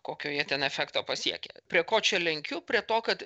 kokio jie ten efekto pasiekė prie ko čia lenkiu prie to kad